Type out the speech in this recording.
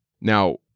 Now